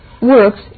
works